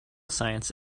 science